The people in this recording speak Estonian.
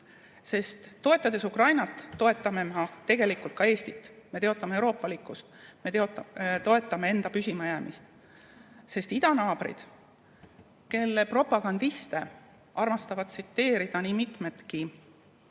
toetades Ukrainat, toetame me tegelikult ka Eestit, me toetame euroopalikkust, me toetame enda püsimajäämist. Idanaabrid, kelle propagandiste armastavad tsiteerida nii mitmedki